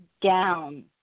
down